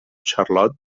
charlotte